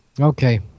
Okay